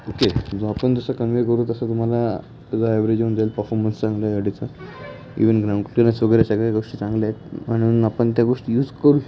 okay जो आपण जसं कन्वे करू तसं तुम्हाला त्याचा ॲव्हरेज येऊन जाईल पफॉमन्स चांगला आहे गाडीचा इव्हन वगैरे सगळ्या गोष्टी चांगल्या आहेत म्हणून आपण त्या गोष्टी यूज करू